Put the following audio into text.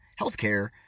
healthcare